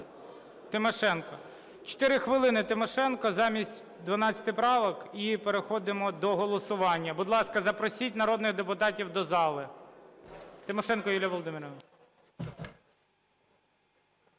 Тимошенко. 4 хвилини Тимошенко замість 12 правок і переходимо до голосування. Будь ласка, запросіть народних депутатів до зали. Тимошенко Юлія Володимирівна.